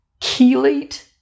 chelate